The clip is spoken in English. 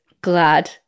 glad